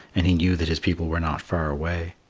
and he knew that his people were not far away.